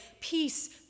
Peace